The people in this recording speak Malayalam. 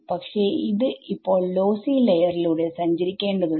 പക്ഷെ ഇത് ഇപ്പോൾ ലോസ്സി ലയർ ലൂടെ സഞ്ചരിക്കേണ്ടതുണ്ട്